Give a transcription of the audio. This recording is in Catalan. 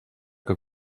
que